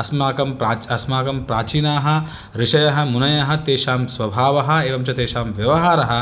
अस्माकं प्राच् अस्माकं प्राचीनाः ऋषयः मुनयः तेषां स्वभावः एवं च तेषां व्यवहारः